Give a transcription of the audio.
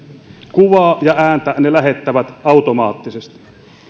kuvaa ja ääntä ne lähettävät automaattisesti